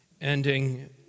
ending